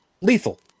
lethal